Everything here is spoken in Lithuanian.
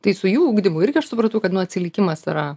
tai su jų ugdymu irgi aš supratau kad nu atsilikimas yra